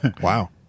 Wow